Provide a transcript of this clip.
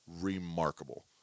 remarkable